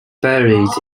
buried